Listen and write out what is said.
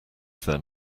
them